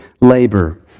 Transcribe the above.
labor